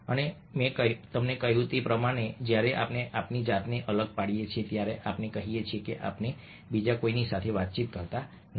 અને મેં તમને કહ્યું તેમ અત્યારે પણ જ્યારે આપણે આપણી જાતને અલગ પાડીએ છીએ ત્યારે આપણે કહીએ છીએ કે આપણે બીજા કોઈની સાથે વાતચીત કરવાના નથી